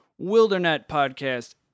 wildernetpodcast